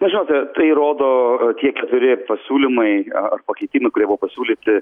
na žinote tai rodo tie keturi pasiūlymai a ar pakeitimai kurie buvo pasiūlyti